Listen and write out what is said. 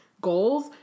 goals